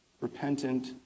repentant